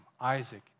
Isaac